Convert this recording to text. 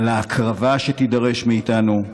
על ההקרבה שתידרש מאיתנו,